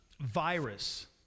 virus